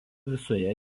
visoje